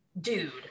dude